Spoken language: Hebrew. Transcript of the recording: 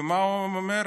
ומה הוא אומר?